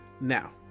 Now